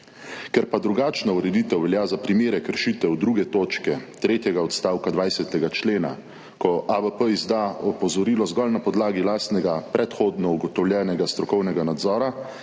Ker pa drugačna ureditev velja za primere kršitev druge točke tretjega odstavka 20. člena, ko AVP izda opozorilo zgolj na podlagi lastnega predhodno ugotovljenega strokovnega nadzora,